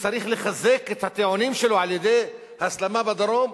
שצריך לחזק את הטיעונים שלו על-ידי הסלמה בדרום?